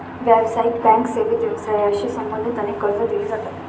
व्यावसायिक बँक सेवेत व्यवसायाशी संबंधित अनेक कर्जे दिली जातात